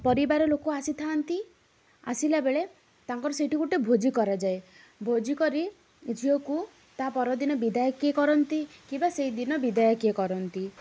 ପରିବାର ଲୋକ ଆସିଥାନ୍ତି ଆସିଲା ବେଳେ ତାଙ୍କର ସେଠି ଗୋଟିଏ ଭୋଜି କରାଯାଏ ଭୋଜି କରି ଝିଅକୁ ତା ପରଦିନ ବିଦାୟ କିଏ କରନ୍ତି କିମ୍ବା ସେଇଦିନ ବିଦାୟ କିଏ କରନ୍ତି